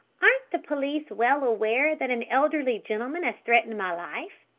aren't the police well aware that an elderly gentleman has threatened my life,